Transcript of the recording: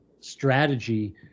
strategy